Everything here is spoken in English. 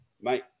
mate